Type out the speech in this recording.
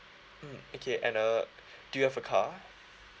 mm okay and uh do you have a car